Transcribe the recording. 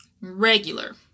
Regular